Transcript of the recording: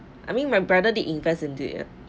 I mean my brother they invest in it